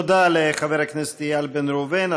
תודה לחבר הכנסת איל בן ראובן.